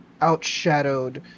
outshadowed